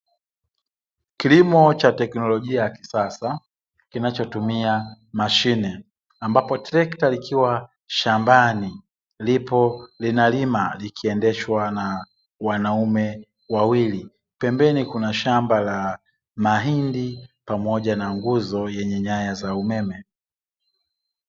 Kilimo cha teknolojia ya kisasa kinachotumia mashine ambapo trekta likiwa shambani lipo linalima likiendeshwa na wanaume wawili pembeni kuna shamba la mahindi pamoja na nguzo yenye nyanya za umeme